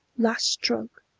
last stroke!